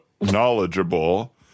knowledgeable